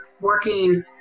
working